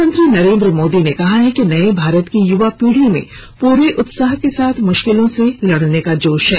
प्रधानमंत्री नरेन्द्र मोदी ने कहा है कि नये भारत की युवा पीढ़ी में पूरे उत्साह के साथ मुश्किलों से लड़ने का जोश है